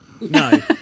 no